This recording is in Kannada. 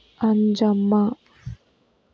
ಅಂಜಮ್ಮ